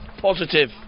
positive